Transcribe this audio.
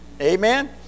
Amen